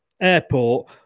Airport